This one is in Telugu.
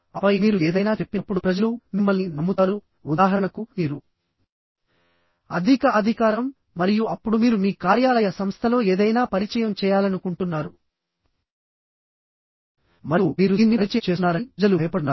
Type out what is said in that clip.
ఆపై మీరు ఏదైనా చెప్పినప్పుడు ప్రజలు మిమ్మల్ని నమ్ముతారు ఉదాహరణకు మీరు అధిక అధికారం మరియు అప్పుడు మీరు మీ కార్యాలయ సంస్థలో ఏదైనా పరిచయం చేయాలనుకుంటున్నారు మరియు మీరు దీన్ని పరిచయం చేస్తున్నారని ప్రజలు భయపడుతున్నారు